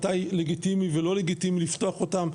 מתי לגיטימי ולא לגיטימי לפתוח אותם,